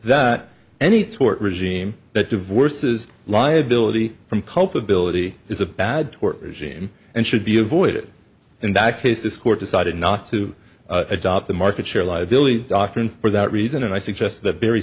that any tort regime that divorces liability from culpability is a bad tort cian and should be avoided in that case this court decided not to adopt the market share liability doctrine for that reason and i suggest the very